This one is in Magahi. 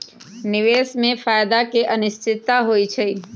निवेश में फायदा के अनिश्चितता होइ छइ